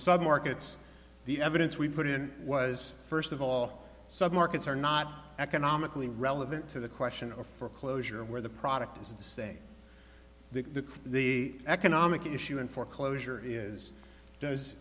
sub markets the evidence we put in was first of all some markets are not economically relevant to the question of foreclosure where the product is the same the the economic issue and foreclosure is does